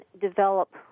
develop